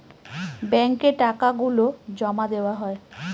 ব্যাঙ্কে টাকা গুলো জমা দেওয়া হয়